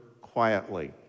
quietly